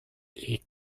est